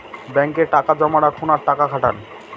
ব্যাঙ্কে টাকা জমা রাখুন আর টাকা খাটান